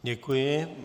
Děkuji.